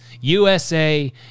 USA